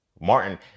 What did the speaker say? Martin